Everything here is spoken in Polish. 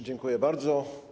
Dziękuję bardzo.